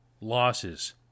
losses